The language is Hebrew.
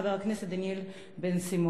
חבר הכנסת דניאל בן-סימון.